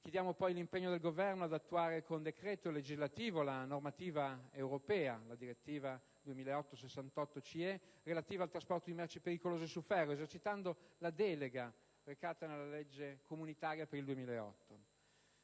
e la interoperabilità; ad attuare, con decreto legislativo, la normativa europea (direttiva 2008/68/CE) relativa al trasporto di merci pericolose su ferro, esercitando la delega recata nella legge comunitaria per il 2008;